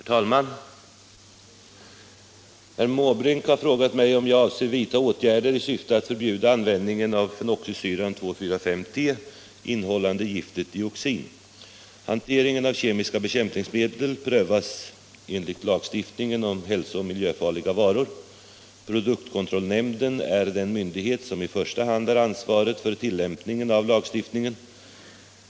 Herr talman! Herr Måbrink har frågat mig om jag avser vidta åtgärder i syfte att förbjuda användningen av fenoxisyran 2,4,5-T, innehållande giftet dioxin. Hanteringen av kemiska bekämpningsmedel prövas enligt lagstiftningen om hälso och miljöfarliga varor. Produktkontrollnämnden är den myndighet som i första hand har ansvaret för tillämpningen av lagstiftningen.